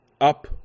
up